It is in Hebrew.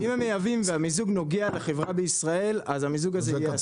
אם הם מייבאים והמיזוג נוגע לחברה בישראל אז המיזוג הזה אסור.